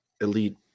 elite